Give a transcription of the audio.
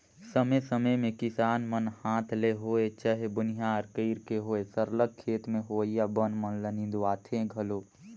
समे समे में किसान मन हांथ ले होए चहे बनिहार कइर के होए सरलग खेत में होवइया बन मन ल निंदवाथें घलो